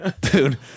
Dude